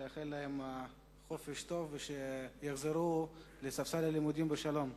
לאחל להם חופש טוב ושיחזרו לספסל הלימודים בשלום.